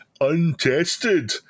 untested